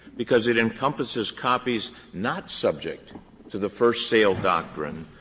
because it encompasses copies not subject to the first-sale doctrine,